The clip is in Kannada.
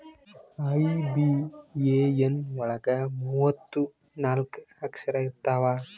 ಐ.ಬಿ.ಎ.ಎನ್ ಒಳಗ ಮೂವತ್ತು ನಾಲ್ಕ ಅಕ್ಷರ ಇರ್ತವಾ